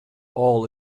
all